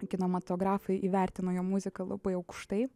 kinematografai įvertino jo muziką labai aukštai